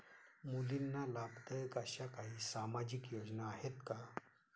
मुलींना लाभदायक अशा काही सामाजिक योजना आहेत का?